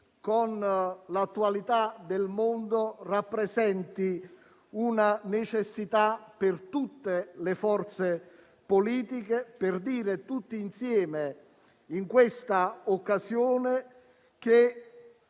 con l'attualità del mondo rappresenti una necessità per tutte le forze politiche, per dire tutti insieme, in questa occasione, che